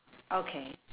okay